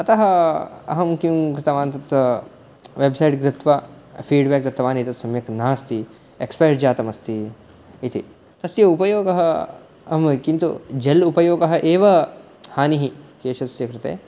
अतः अहं किं कृतवान् तत्र वेब्सैट् गृत्वा फ़ीड्बेक् दत्तवान् एतत् सम्यक् नास्ति एक्सपायर्ड् जातम् अस्ति इति तस्य उपयोगः अहं किन्तु जेल् उपयोग एव हानिः केशस्य कृते